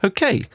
Okay